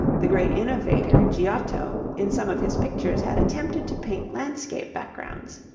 the great innovator, giotto, in some of his pictures had attempted to paint landscape backgrounds.